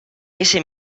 ese